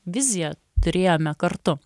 viziją turėjome kartu